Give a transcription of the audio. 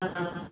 हँ